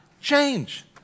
change